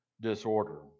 disorder